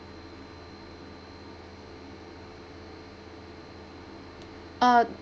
uh